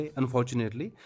unfortunately